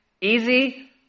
easy